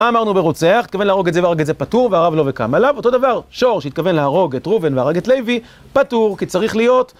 אמרנו ברוצח, שתכוון להרוג את זה והרג את זה פטור, וארב לה וקם עליו. אותו דבר, שור שהתכוון להרוג את ראובן והרג את לוי, פטור, כי צריך להיות.